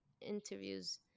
interviews